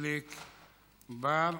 חיליק בר.